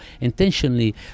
intentionally